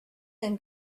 and